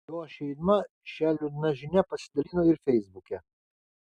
jo šeima šia liūdna žinia pasidalino ir feisbuke